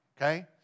okay